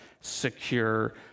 secure